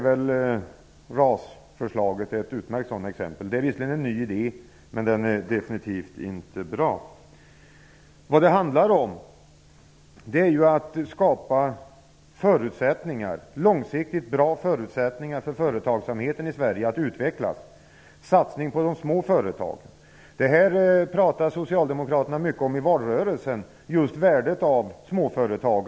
RAS-förslaget är ett utmärkt exempel på det. Det är visserligen en ny idé, men den är definitivt inte bra. Det handlar ju om att skapa långsiktigt bra förutsättningar för företagsamheten i Sverige när det gäller att utvecklas. Det handlar om en satsning på de små företagen. Socialdemokraterna talade mycket om just värdet av småföretagen i valrörelsen.